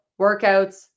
workouts